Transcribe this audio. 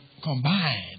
combined